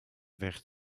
werd